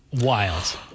wild